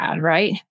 right